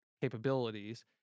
capabilities